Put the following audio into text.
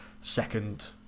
second